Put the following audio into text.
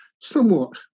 somewhat